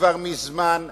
שאתם שכחתם כבר מזמן מהי.